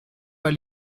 pas